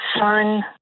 son